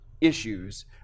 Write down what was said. issues